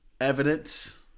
evidence